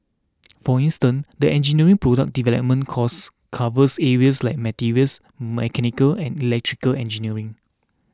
for instance the engineering product development course covers areas like materials mechanical and electrical engineering